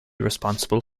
responsible